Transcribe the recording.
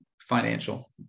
financial